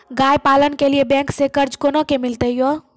गाय पालन के लिए बैंक से कर्ज कोना के मिलते यो?